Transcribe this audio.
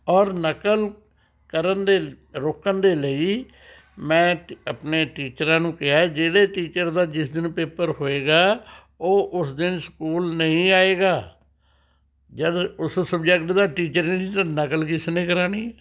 ਔਰ ਨਕਲ ਕਰਨ ਦੇ ਰੋਕਣ ਦੇ ਲਈ ਮੈਂ ਆਪਣੇ ਟੀਚਰਾਂ ਨੂੰ ਕਿਹਾ ਜਿਹੜੇ ਟੀਚਰ ਦਾ ਜਿਸ ਦਿਨ ਪੇਪਰ ਹੋਏਗਾ ਉਹ ਉਸ ਦਿਨ ਸਕੂਲ ਨਹੀਂ ਆਏਗਾ ਜਦ ਉਸ ਸਬਜੇਕਟ ਦਾ ਟੀਚਰ ਹੀ ਨਹੀਂ ਤਾਂ ਨਕਲ ਕਿਸਨੇ ਕਰਵਾਉਣੀ